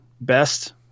best